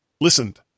Listened